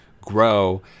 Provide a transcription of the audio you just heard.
grow